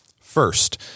First